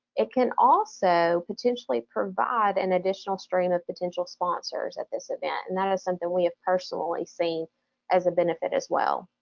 it can also potentially provide an additional stream of potential sponsors at this event and that is something we have personally seen as a benefit as well.